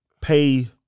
pay